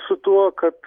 su tuo kad